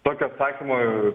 tokio atsakymo